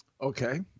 Okay